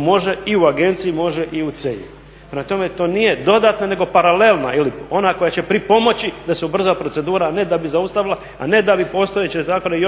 može i u …/Govornik se ne razumije./… Prema tome to nije dodatna nego paralelna ili ona koja će pripomoći da se ubrza procedura, a ne da bi zaustavila, ne da bi postojeće zakone